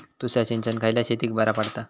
तुषार सिंचन खयल्या शेतीक बरा पडता?